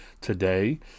today